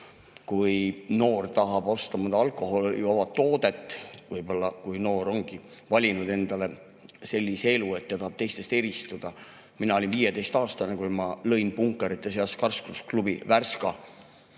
kui noor tahab osta mõnda alkoholivaba toodet, kui noor ongi valinud endale sellise elu ja tahab teistest eristuda. Mina olin 15-aastane, kui ma lõin punkarite seas karsklusklubi Värska.